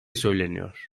söyleniyor